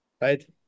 right